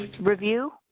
review